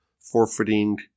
forfeiting